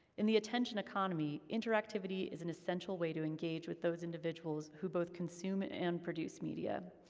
in the attention economy, interactivity is an essential way to engage with those individuals, who both consume and produce media.